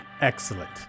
Excellent